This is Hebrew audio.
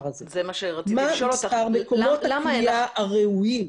הזה מה מספר מקומות הכליאה הראויים,